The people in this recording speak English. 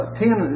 ten